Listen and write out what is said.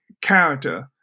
character